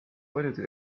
paljude